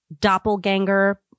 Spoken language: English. doppelganger